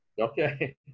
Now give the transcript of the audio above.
Okay